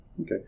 Okay